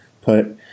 put